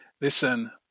Listen